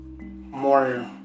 more